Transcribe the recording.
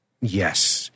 yes